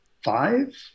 five